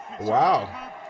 Wow